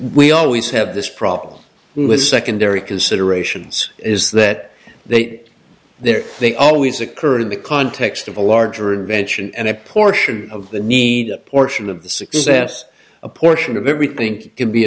we always have this problem with secondary considerations is that they they're they always occur in the context of a larger intervention and a portion of the need a portion of the success a portion of everything can be